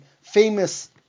famous